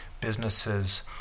businesses